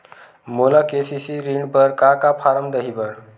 मोला के.सी.सी ऋण बर का का फारम दही बर?